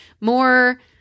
more